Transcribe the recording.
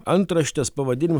antraštes pavadinimu